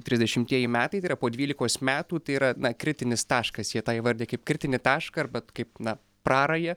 trisdešimtieji metai tai yra po dvylikos metų tai yra na kritinis taškas jie tą įvardija kaip kritinį tašką arba kaip na prarają